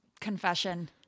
Confession